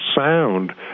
sound